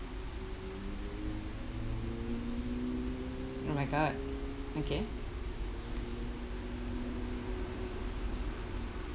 oh my god okay